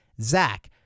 Zach